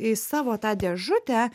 į savo tą dėžutę